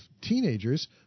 teenagers